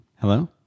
Hello